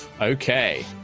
Okay